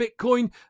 Bitcoin